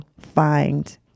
find